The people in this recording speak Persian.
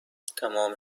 تمام